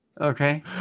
okay